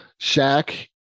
Shaq